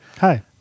Hi